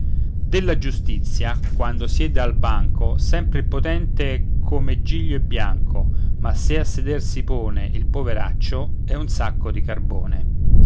della giustizia quando siede al banco sempre il potente come giglio è bianco ma se a seder si pone il poveraccio è un sacco di carbone